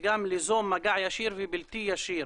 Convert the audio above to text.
וגם ליזום מגע ישיר ובלתי ישיר